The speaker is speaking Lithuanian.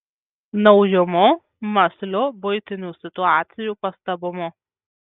naujumu mąsliu buitinių situacijų pastabumu